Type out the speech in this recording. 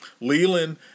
Leland